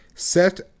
Set